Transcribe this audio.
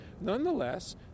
nonetheless